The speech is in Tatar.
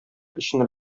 өчен